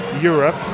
Europe